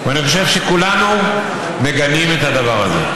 ובכלל במהלך כל המאבק הזה,